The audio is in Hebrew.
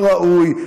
לא ראוי,